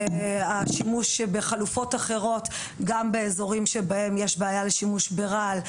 השימוש בחלופות אחרות גם באזורים שבהם יש בעיה לשימוש ברעל,